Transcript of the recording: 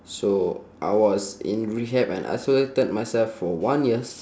so I was in rehab and isolated myself for one years